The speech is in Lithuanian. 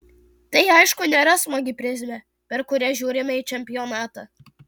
tai aišku nėra smagi prizmė per kurią žiūrime į čempionatą